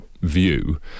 view